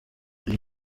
iyi